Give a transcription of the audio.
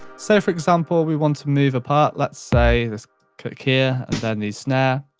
sort of for example, we want to move a part, let's say this kick here, and then these snare,